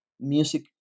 music